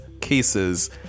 cases